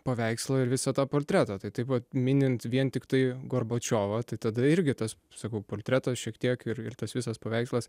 paveikslą ir visą tą portretą tai taip pat minint vien tiktai gorbačiovą tai tada irgi tas sakau portretas šiek tiek ir ir tas visas paveikslas